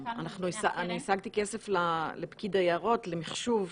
אני השגתי כסף לפקיד היערות למחשוב,